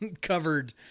Covered